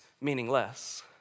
meaningless